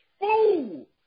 fool